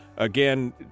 Again